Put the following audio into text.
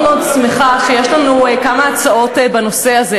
אני מאוד מאוד שמחה שיש לנו כמה הצעות בנושא הזה.